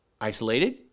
isolated